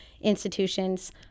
institutions